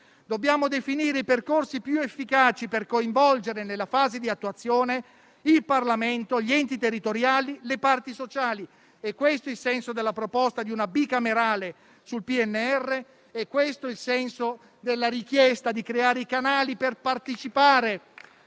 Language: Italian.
dobbiamo definire i percorsi più efficaci per coinvolgere nella fase di attuazione il Parlamento, gli enti territoriali, le parti sociali. È questo il senso della proposta di una Commissione bicamerale sul PNRR, è questo il senso della richiesta di creare i canali, affinché